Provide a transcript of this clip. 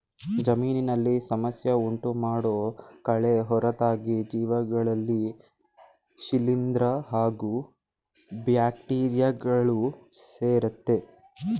ಜಮೀನಿನಲ್ಲಿ ಸಮಸ್ಯೆ ಉಂಟುಮಾಡೋ ಕಳೆ ಹೊರತಾಗಿ ಜೀವಿಗಳಲ್ಲಿ ಶಿಲೀಂದ್ರ ಹಾಗೂ ಬ್ಯಾಕ್ಟೀರಿಯಗಳು ಸೇರಯ್ತೆ